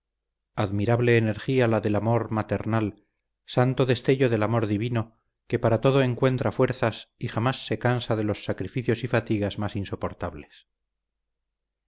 admirable energía la del amor maternal santo destello del amor divino que para todo encuentra fuerzas y jamas se cansa de los sacrificios y fatigas más insoportables